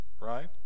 right